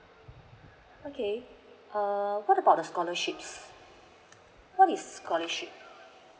okay uh what about the scholarships what is scholarships